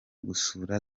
gusura